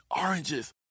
oranges